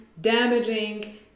damaging